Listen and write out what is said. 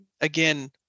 Again